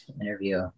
interview